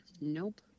Nope